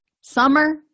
summer